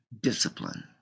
discipline